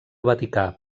vaticà